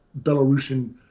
Belarusian